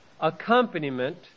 accompaniment